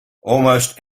almost